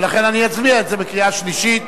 ולכן אני אצביע על זה בקריאה שלישית.